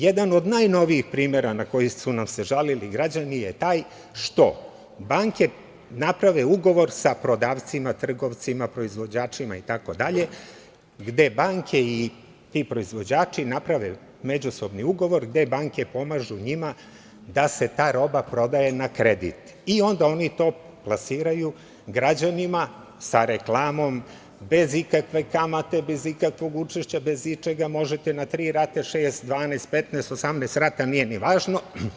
Jedan od najnovijih primera na koji su nam se žalili građani je taj što banke naprave ugovor sa prodavcima, trgovcima, proizvođačima itd. gde banke i ti proizvođači naprave međusobni ugovor gde banke pomažu njima da se ta roba prodaje na kredit i onda oni to plasiraju građanima sa reklamom bez ikakve kamate, bez ikakvog učešća, bez ičega možete na tri rate, šest, 12, 15, 18 rata, nije ni važno.